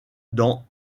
dans